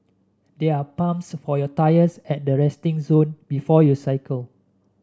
there are pumps for your tyres at the resting zone before you cycle